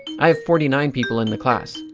i have forty nine people in the class.